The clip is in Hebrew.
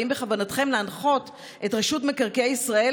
והאם בכוונתכם להנחות את רשות מקרקעי ישראל